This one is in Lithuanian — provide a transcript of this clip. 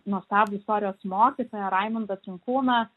nuostabų istorijos mokytoją raimondą trinkūną